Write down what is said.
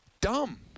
dumb